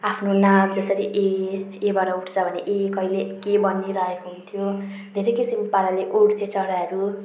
आफ्नो नाम जसरी ए एबाट उठ्छ भने ए कहिले के बनिरहेको हुन्थ्यो धेरै किसिम पाराले उड्थ्यो चराहरू